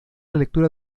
lectura